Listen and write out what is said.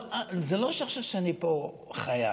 זה לא שעכשיו אני פה חייב,